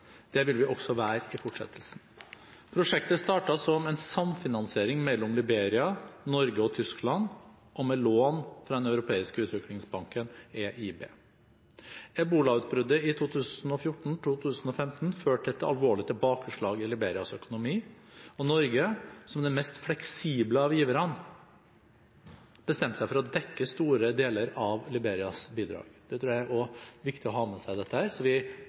Det vil vi også være i fortsettelsen. Prosjektet startet som en samfinansiering mellom Liberia, Norge og Tyskland og med lån fra den europeiske utviklingsbanken EIB. Ebolautbruddet i 2014–2015 førte til et alvorlig tilbakeslag i Liberias økonomi. Norge, som den mest fleksible av giverne, bestemte seg for å dekke store deler av Liberias bidrag – det tror jeg også det er viktig å ha med seg i dette – så vi